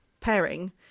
pairing